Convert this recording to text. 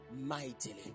mightily